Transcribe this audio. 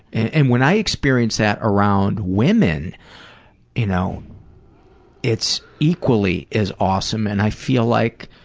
and when i experience that around women you know it's equally as awesome and i feel like